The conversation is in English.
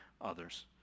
others